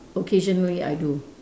occasionally I do